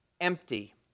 empty